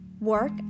work